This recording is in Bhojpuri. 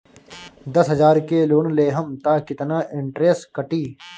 दस हजार के लोन लेहम त कितना इनट्रेस कटी?